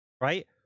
right